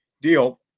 deal